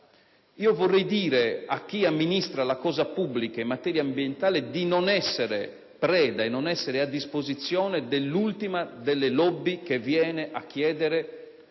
riferirà - a chi amministra la cosa pubblica in materia ambientale, di non essere preda, di non mettersi a disposizione dell'ultima delle *lobby* che viene a chiedere